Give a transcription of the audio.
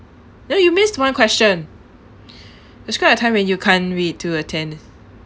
no you missed one question describe a time when you can't wait to attend